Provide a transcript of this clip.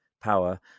power